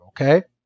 okay